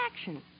action